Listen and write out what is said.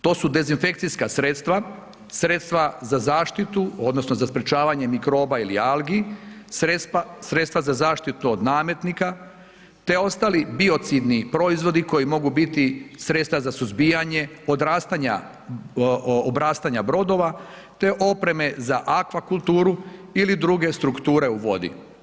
To su dezinfekcijska sredstva, sredstva za zaštitu odnosno za sprječavanje mikroba ili algi, sredstva za zaštitu od nametnika, te ostali biocidni proizvodi koji mogu biti sredstva za suzbijanje odrastanja, obrastanja brodova, te opreme za aqua kulturu ili druge strukture u vodi.